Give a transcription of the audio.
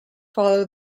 follow